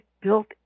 built